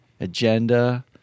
agenda